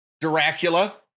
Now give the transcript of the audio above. Dracula